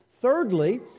Thirdly